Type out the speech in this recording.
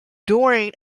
during